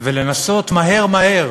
ולנסות לעבור מהר-מהר